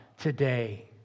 today